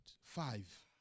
Five